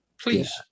Please